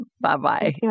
Bye-bye